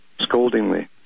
scoldingly